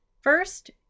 First